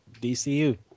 DCU